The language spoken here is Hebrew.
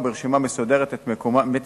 ונמנעת ממנו הידיעה היכן מוצבות האנטנות?